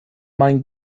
mein